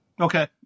Okay